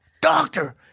doctor